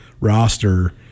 roster